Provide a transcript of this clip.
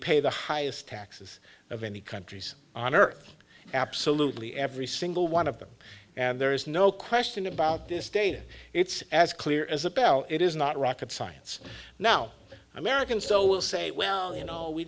pay the highest taxes of any countries on earth absolutely every single one of them and there is no question about this data it's as clear as a bell it is not rocket science now americans so will say well you know we